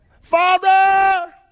Father